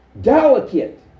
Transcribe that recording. delicate